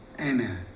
Amen